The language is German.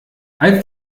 als